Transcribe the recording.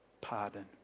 pardon